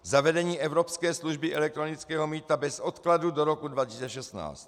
Zavedení evropské služby elektronického mýta bez odkladu do roku 2016.